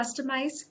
customize